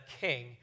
king